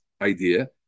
idea